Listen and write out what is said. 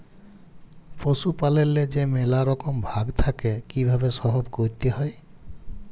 পশুপাললেল্লে যে ম্যালা রকম ভাগ থ্যাকে কিভাবে সহব ক্যরতে হয়